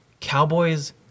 Cowboys